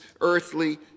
earthly